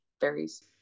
varies